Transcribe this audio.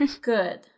Good